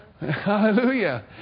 hallelujah